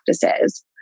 practices